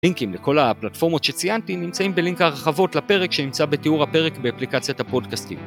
לינקים לכל הפלטפורמות שציינתי נמצאים בלינק הרחבות לפרק שנמצא בתיאור הפרק באפליקציית הפודקאסטים.